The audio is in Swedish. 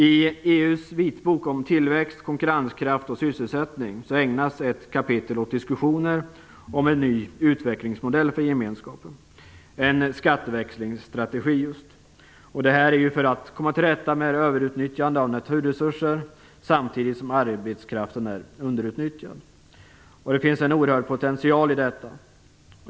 I EU:s vitbok om tillväxt, konkurrenskraft och sysselsättning ägnas ett kapitel åt diskussioner om en ny utvecklingsmodell för gemenskapen; just en skatteväxlingsstrategi. Det här är för att komma till rätta med överutnyttjandet av naturresurser, samtidigt som arbetskraften är underutnyttjad. Det finns en oerhörd potential i detta.